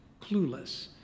clueless